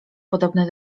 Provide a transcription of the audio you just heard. podobne